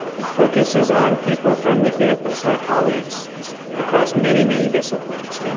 it focuses on people from the campus, our colleagues across many, many disciplines. and